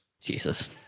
Jesus